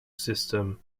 system